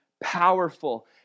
powerful